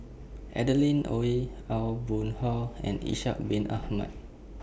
Adeline Ooi Aw Boon Haw and Ishak Bin Ahmad